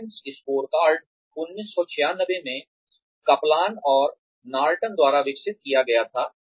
balanced scorecard 1996 में Kaplan और Norton द्वारा विकसित किया गया था